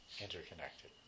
interconnected